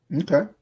Okay